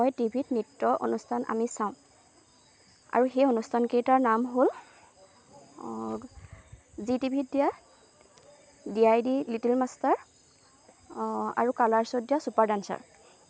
মই টি ভিত নৃত্য অনুষ্ঠান আমি চাওঁ আৰু সেই অনুষ্ঠানকেইটাৰ নাম হ'ল জি টি ভিত দিয়া D I D little master আৰু কালাৰছত দিয়া চুপাৰ ডানসাৰ